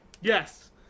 Yes